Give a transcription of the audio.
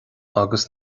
agus